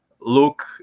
look